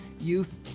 youth